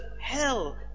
hell